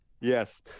yes